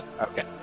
Okay